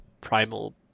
primal